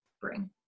bring